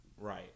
Right